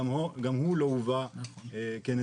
גם הוא לא הובא כנתונים,